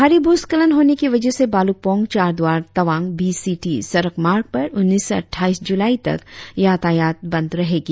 भारी भूस्खलन होने के वजह से Bhalukpong Charduar Tawang B C T सड़क मार्ग पर उन्नीस से अटठाईस जुलाई तक यातायात बंद रहेंगी